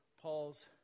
Paul's